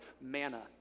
manna